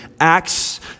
Acts